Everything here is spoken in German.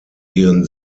ihren